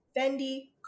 Fendi